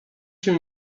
się